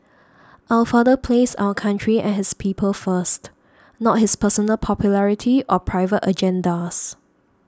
our father placed our country and his people first not his personal popularity or private agendas